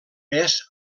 pes